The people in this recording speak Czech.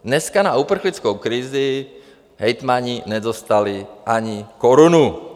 Dneska na uprchlickou krizi hejtmani nedostali ani korunu.